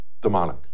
demonic